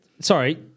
sorry